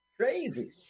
Crazy